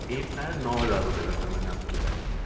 ایک ٹائر نو ہزار روپے کا سر میں نے آپ کو بتایا تھا